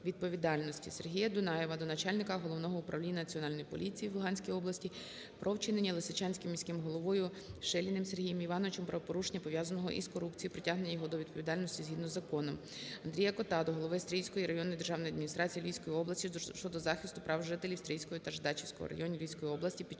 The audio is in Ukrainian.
відповідальності. Сергія Дунаєва до Начальника Головного управління Національної поліції в Луганській області про вчинення Лисичанським міським головою Шиліним Сергієм Івановичем правопорушення, пов'язаного із корупцією, і притягнення його до відповідальності згідно із законом. Андрія Кота до голови Стрийської районної державної адміністрації Львівської області щодо захисту прав жителів Стрийського та Жидачівського районів Львівської області під